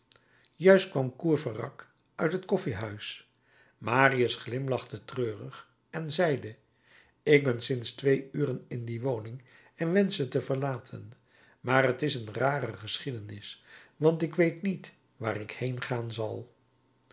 juist kwam courfeyrac uit het koffiehuis marius glimlachte treurig en zeide ik ben sinds twee uren in die woning en wensch ze te verlaten maar t is een rare geschiedenis want ik weet niet waar ik heêngaan zal